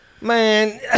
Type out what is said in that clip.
man